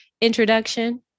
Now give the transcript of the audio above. introduction